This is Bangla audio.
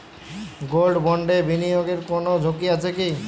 গোল্ড বন্ডে বিনিয়োগে কোন ঝুঁকি আছে কি?